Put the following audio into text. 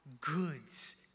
goods